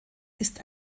ist